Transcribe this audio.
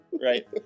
right